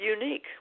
unique